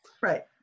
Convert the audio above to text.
Right